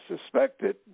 suspected